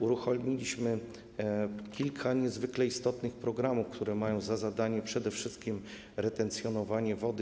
Uruchomiliśmy kilka niezwykle istotnych programów, które mają za zadanie przede wszystkich retencjonowanie wody.